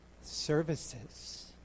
services